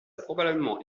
probablement